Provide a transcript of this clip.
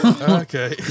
Okay